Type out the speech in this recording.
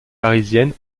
parisienne